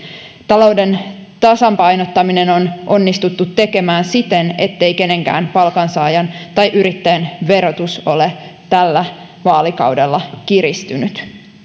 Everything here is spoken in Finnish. talouden tasapainottaminen on onnistuttu tekemään siten ettei kenenkään palkansaajan tai yrittäjän verotus ole tällä vaalikaudella kiristynyt